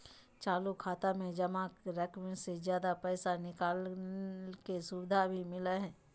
चालू खाता में जमा रकम से ज्यादा पैसा निकालय के सुविधा भी मिलय हइ